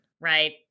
Right